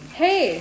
hey